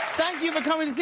thank you for coming,